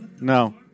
No